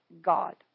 God